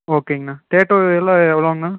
ஓகேங்கண்ணா டேட்டு எல்லாம் எவ்வளோங்கண்ணா